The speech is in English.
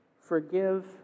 forgive